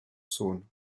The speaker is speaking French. saône